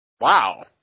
Wow